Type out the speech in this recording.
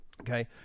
okay